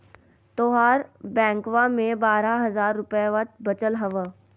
तोहर बैंकवा मे बारह हज़ार रूपयवा वचल हवब